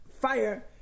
fire